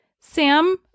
Sam